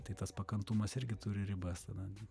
tai tas pakantumas irgi turi ribas tada